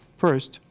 first,